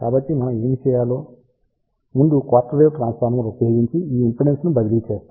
కాబట్టి మనం ఏమి చేయాలో ముందు క్వార్టర్ వేవ్ ట్రాన్స్ఫార్మర్ ఉపయోగించి ఈ ఇంపిడెన్స్ను బదిలీ చేస్తాము